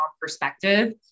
perspective